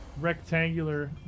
rectangular